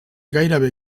gairebé